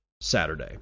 Saturday